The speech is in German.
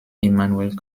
immanuel